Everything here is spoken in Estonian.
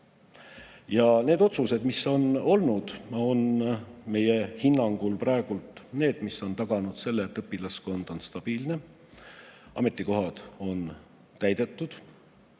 Need otsused, mis meil on olnud, on meie hinnangul need, mis on taganud selle, et õpilaskond on stabiilne. Ametikohad on täidetud.